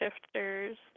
Shifters